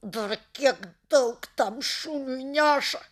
dar kiek daug tam šuniui neša